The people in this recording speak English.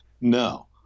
no